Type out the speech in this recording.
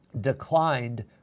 declined